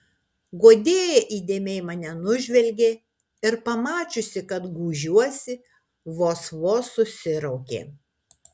guodėja įdėmiai mane nužvelgė ir pamačiusi kad gūžiuosi vos vos susiraukė